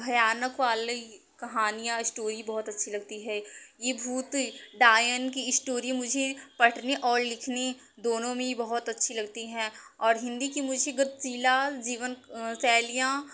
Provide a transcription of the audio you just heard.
भयानक वाली कहानियाँ स्टोरी बहुत अच्छी लगती है ये भूत डायन की इस्टोरी मुझे पटने और लिखनी दोनों मे ही बहुत अच्छी लगती हैं और हिंदी की मुझे चीला जीवन शैलियाँ